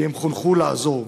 כי הם חונכו לעזור,